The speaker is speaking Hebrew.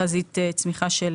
צמיחה.